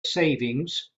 savings